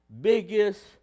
biggest